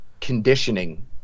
conditioning